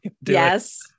Yes